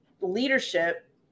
leadership